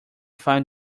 find